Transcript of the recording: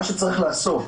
מה שצריך לעשות,